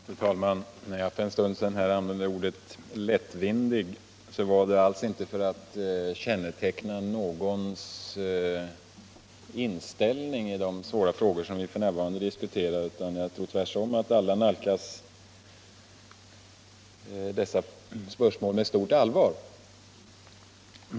Fru talman! Då jag för en stund sedan här använde ordet ”lättvindig” var det alls inte för att känneteckna någons inställning i de svåra frågor som vi här diskuterar. Jag tror tvärtom att alla nalkas dessa spörsmål med stort allvar.